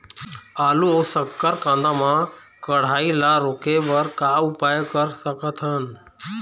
आलू अऊ शक्कर कांदा मा कढ़ाई ला रोके बर का उपाय कर सकथन?